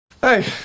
Hey